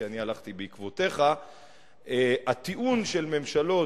כי אני הלכתי בעקבותיך: הטיעון של ממשלות